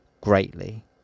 greatly